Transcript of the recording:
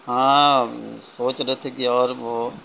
ہاں سوچ رہے تھے کہ اور وہ